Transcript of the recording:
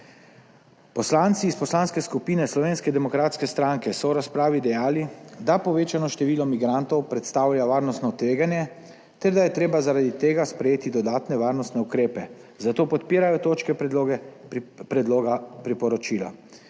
Poslanci iz Poslanske skupine Slovenske demokratske stranke so v razpravi dejali, da povečano število migrantov predstavlja varnostno tveganje ter da je treba, zaradi tega sprejeti dodatne varnostne ukrepe, zato podpirajo točke predloga priporočila.